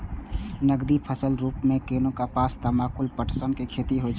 नकदी फसलक रूप मे गन्ना, कपास, तंबाकू, पटसन के खेती होइ छै